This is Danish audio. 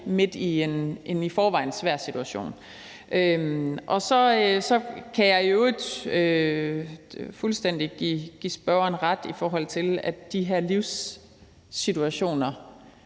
midt i en i forvejen svær situation. Så kan jeg i øvrigt give spørgeren fuldstændig ret i det med, at de her livssituationer